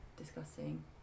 discussing